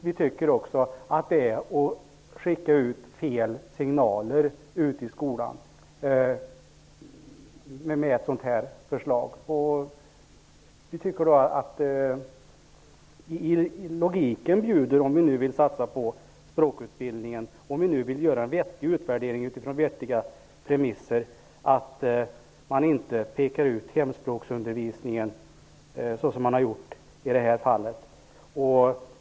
Vi tycker också att man med det här förslaget skickar ut fel signaler ut i skolan. Om vi vill satsa på språkutbildningen och göra vettiga utvärderingar utifrån vettiga premisser, bjuder logiken på att man inte pekar ut hemspråksundervisningen, såsom har gjorts i det här fallet.